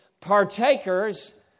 partakers